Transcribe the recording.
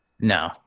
No